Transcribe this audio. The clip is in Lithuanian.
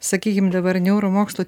sakykim dabar neuromokslo